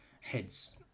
heads